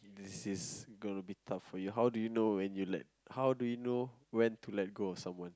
this is gonna be tough for you how do you know when you let how do you know when to let go of someone